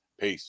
Peace